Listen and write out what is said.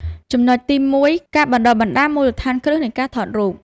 ចំណុចទី១ ការបណ្តុះបណ្តាលមូលដ្ឋានគ្រឹះនៃការថតរូប។